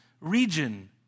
region